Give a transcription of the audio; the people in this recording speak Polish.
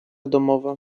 domowe